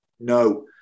No